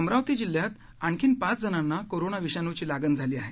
अमरावती जिल्ह्यात आणखी पाच जणांना कोरोना विषाणूची लागण झाली आहे